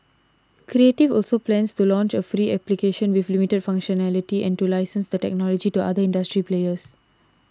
creative also plans to launch a free application with limited functionality and to license the technology to other industry players